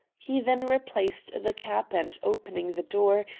he then replaced the cap and, opening the door,